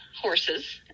horses